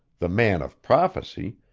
the man of prophecy,